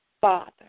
Father